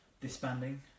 disbanding